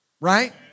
Right